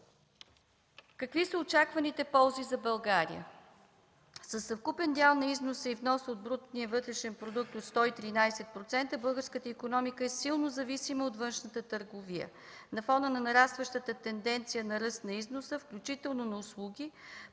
Какви са очакваните ползи за България?